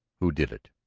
who did it?